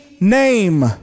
name